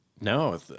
No